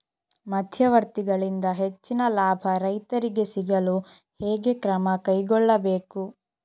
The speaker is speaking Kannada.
ಮಧ್ಯವರ್ತಿಗಳಿಂದ ಹೆಚ್ಚಿನ ಲಾಭ ರೈತರಿಗೆ ಸಿಗಲು ಹೇಗೆ ಕ್ರಮ ಕೈಗೊಳ್ಳಬೇಕು?